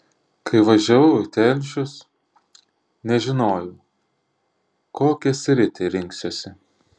kai važiavau į telšius nežinojau kokią sritį rinksiuosi